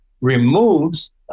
removes